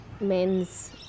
men's